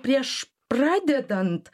prieš pradedant